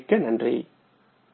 மிக்க நன்றி